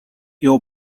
your